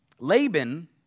Laban